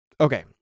Okay